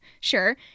Sure